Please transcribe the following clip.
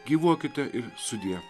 gyvuokite ir sudiev